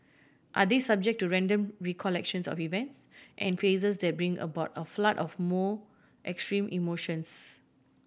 are they subject to random recollections of events and faces that bring about a flood of more extreme emotions